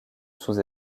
sous